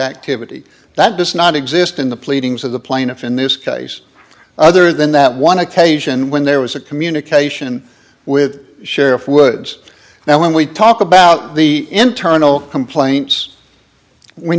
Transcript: activity that does not exist in the pleadings of the plaintiff in this case other than that one occasion when there was a communication with sheriff woods now when we talk about the internal complaints we